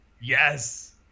yes